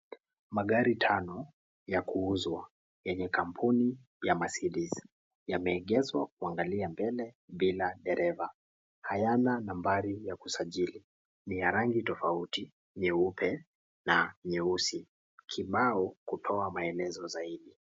Magari tano, yakuuzwa, yenye kampuni ya Maczedes ,yameegeshwa kuangalia mbele bila dereva. Hayana nambari ya kusajili, ni ya rangi tofauti , nyeupe na nyeusi, kibao kutoa maelezo zaidi.